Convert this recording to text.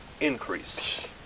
increase